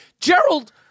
Gerald